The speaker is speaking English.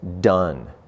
done